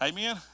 Amen